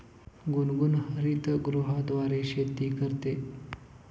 गुनगुन हरितगृहाद्वारे शेती करते